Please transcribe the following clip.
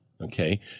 Okay